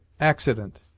Accident